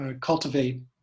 cultivate